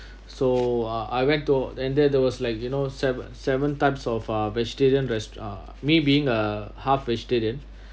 so uh I went to and then there was like you know seven seven types of uh vegetarian res~ uh me being a half vegetarian